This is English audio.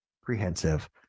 comprehensive